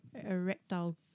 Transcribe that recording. erectile